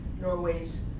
Norway's